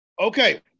Okay